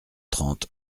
trente